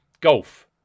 Golf